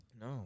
No